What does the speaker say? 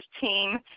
team